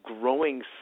Growing